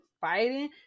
fighting